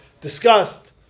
discussed